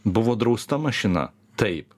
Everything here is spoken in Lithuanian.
buvo drausta mašina taip